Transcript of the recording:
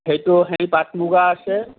সেইটো সেই পাট মুগা আছে